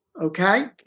Okay